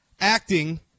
acting